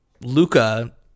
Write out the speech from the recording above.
Luca